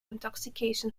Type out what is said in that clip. intoxication